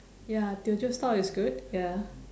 ya teochew style is good ya